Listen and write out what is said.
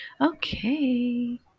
okay